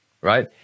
right